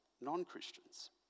non-Christians